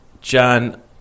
John